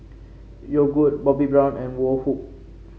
Yogood Bobbi Brown and Woh Hup